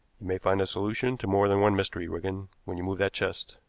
you may find the solution to more than one mystery, wigan, when you move that chest.